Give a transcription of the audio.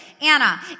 Anna